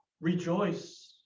Rejoice